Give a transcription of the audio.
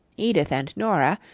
edith and nora,